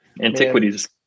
Antiquities